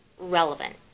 relevant